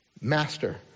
master